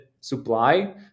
supply